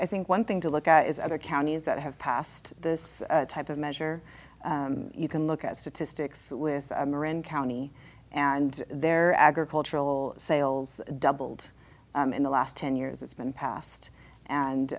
i think one thing to look at is other counties that have passed this type of measure you can look at statistics with moran county and they're agricultural sales doubled in the last ten years it's been passed and